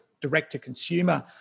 direct-to-consumer